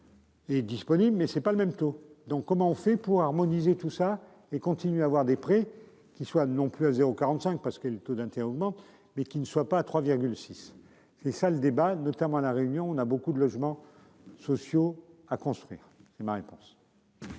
Est disponible mais c'est pas le même taux. Donc comment on fait pour harmoniser tout ça et continue à avoir des prix qui soient non plus à 0 45 parce que le taux d'intérêt au. Mais qui ne soit pas à 3 6 et ça le débat notamment la réunion. On a beaucoup de logements sociaux à construire ma réponse.--